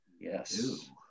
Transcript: yes